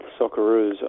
Socceroos